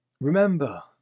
Remember